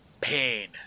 pain